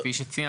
כפי שציינת,